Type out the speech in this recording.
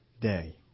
day